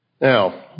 Now